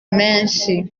menshi